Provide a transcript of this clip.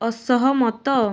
ଅସହମତ